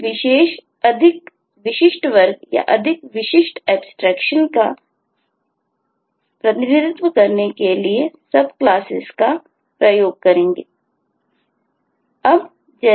हम विशेष अधिक विशिष्ट वर्ग या अधिक विशिष्ट एब्स्ट्रेक्शन कर रहे हों